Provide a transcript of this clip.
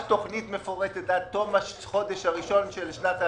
תוכנית מפורטת עד תום החודש הראשון של שנת הכספים,